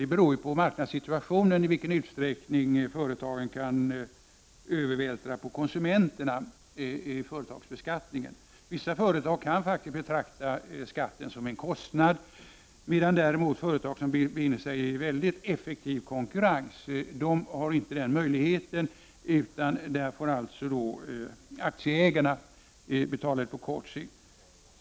Det beror på marknadssituationen — i vilken utsträckning företagen kan övervältra företagsbeskattningen på konsumenterna. Vissa företag kan faktiskt betrakta skatten som en kostnad, medan företag som befinner sig i väldigt effektiv konkurrens inte har den möjligheten. Då får aktieägarna betala på kort sikt.